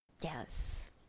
yes